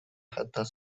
حتی